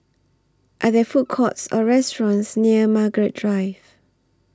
Are There Food Courts Or restaurants near Margaret Drive